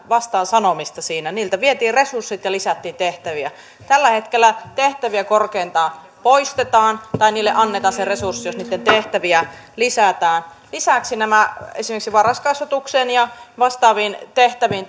vastaansanomista siinä niiltä vietiin resurssit ja lisättiin tehtäviä tällä hetkellä tehtäviä korkeintaan poistetaan tai niille annetaan se resurssi jos niitten tehtäviä lisätään lisäksi näissä esimerkiksi varhaiskasvatukseen ja vastaaviin tehtäviin